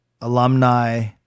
alumni